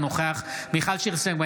אינו נוכח מיכל שיר סגמן,